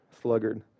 sluggard